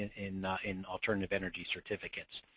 in in alternative energy certificates.